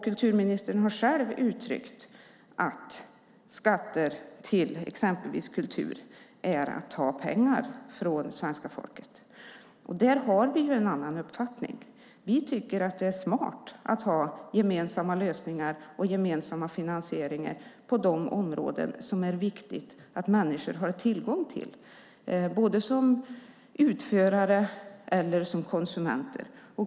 Kulturministern har själv uttryckt att skatter till exempelvis kultur är att ta pengar från svenska folket. Där har vi en annan uppfattning. Vi tycker att det är smart att ha gemensamma lösningar och gemensam finansiering på de områden som det är viktigt att människor har tillgång till både som utförare och som konsumenter.